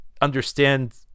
understand